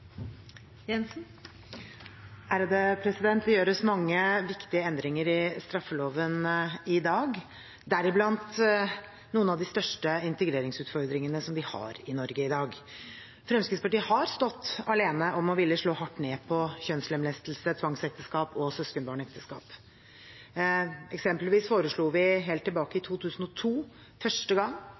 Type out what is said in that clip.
Det gjøres mange viktige endringer i straffeloven i dag, deriblant når det gjelder noen av de største integreringsutfordringene vi har i Norge i dag. Fremskrittspartiet har stått alene om å ville slå hardt ned på kjønnslemlestelse, tvangsekteskap og søskenbarnekteskap. Eksempelvis foreslo vi helt tilbake i 2002 første gang